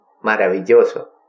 ¡Maravilloso